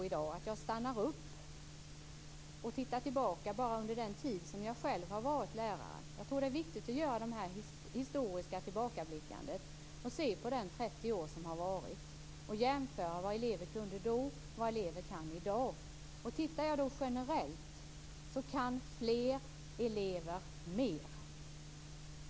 Ibland stannar jag upp och tittar tillbaka bara på den tid som jag själv har varit lärare. Jag tror att det är viktigt att göra ett sådant historiskt tillbakablickande på dessa 30 år och jämföra vad elever kunde då och vad elever kan i dag. Generellt kan fler elever mer.